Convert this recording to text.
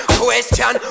question